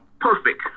Perfect